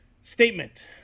statement